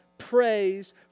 praise